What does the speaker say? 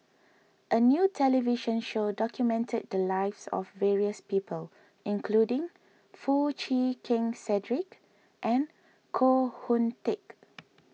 a new television show documented the lives of various people including Foo Chee Keng Cedric and Koh Hoon Teck